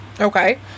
Okay